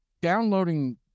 downloading